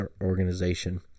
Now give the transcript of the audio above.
organization